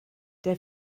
der